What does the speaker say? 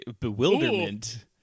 bewilderment